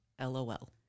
LOL